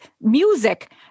music